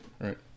Right